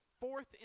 fourth